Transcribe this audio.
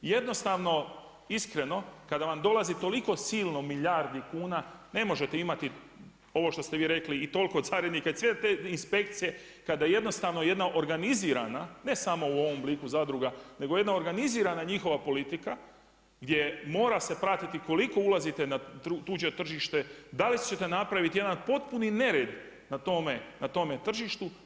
I jednostavno iskreno kada vam dolazi toliko silno milijardi kuna ne možete imati ovo što ste vi rekli i toliko carinika i sve te inspekcije kada jednostavno jedna organizirana ne samo u ovom obliku zadruga, nego jedna organizirana njihova politika gdje mora se pratiti koliko ulazite na tuđe tržište, da li ćete napraviti jedan potpuni nered na tome tržištu.